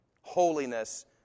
Holiness